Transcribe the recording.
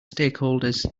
stakeholders